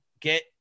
Get